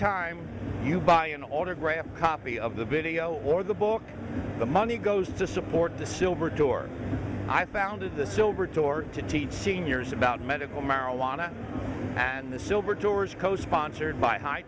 time you buy an autographed copy of the video or the book the money goes to support the silver door i founded the silver tour to teach seniors about medical marijuana and the silver tours co sponsored by high